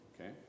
Okay